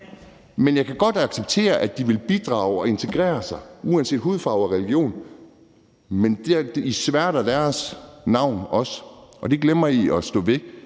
Men jeg kan godt acceptere, at de vil bidrage og integrere sig uanset hudfarve og religion. Men I sværter også deres navn, og det glemmer I at stå ved,